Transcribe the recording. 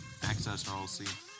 AccessRLC